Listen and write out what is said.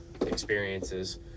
experiences